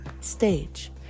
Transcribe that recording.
stage